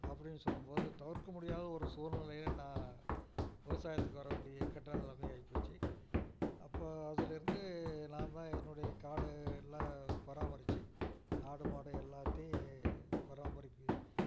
அப்படின்னு சொல்லும்போது தவிர்க்க முடியாத ஒரு சூழ்நிலையை நான் விவசாயத்துக்கு வர வேண்டிய இக்கட்டான நிலைமை ஆகிப்போச்சு அப்போது அதில் இருந்து நாந்தான் என்னுடைய காடு எல்லாம் பராமரித்து ஆடு மாடு எல்லாத்தையும் பராமரிக்க